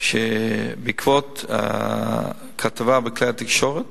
שבעקבות הכתבה בכלי התקשורת